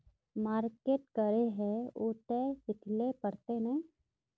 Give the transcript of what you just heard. Market करे है उ ते सिखले पड़ते नय?